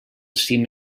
cim